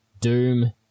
Doom